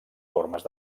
formes